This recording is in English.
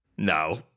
No